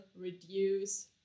reduce